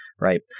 Right